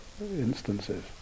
instances